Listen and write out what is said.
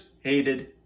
hated